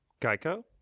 Geico